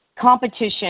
Competition